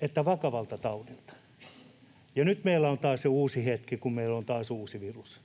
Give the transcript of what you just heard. että suojassa vakavalta taudilta. Ja nyt meillä on taas jo uusi hetki, kun meillä on täällä taas uusi virus,